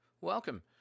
welcome